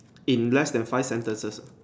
in less than five sentences